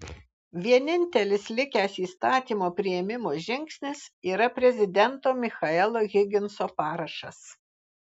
vienintelis likęs įstatymo priėmimo žingsnis yra prezidento michaelo higginso parašas